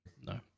No